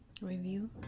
Review